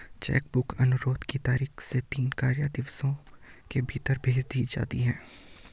check book अनुरोध की तारीख से तीन कार्य दिवसों के भीतर भेज दी जाती है